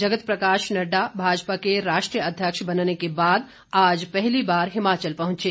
जगत प्रकाश नड़डा भाजपा के राष्ट्रीय अध्यक्ष बनने के बाद आज पहली बार हिमाचल पहुंचे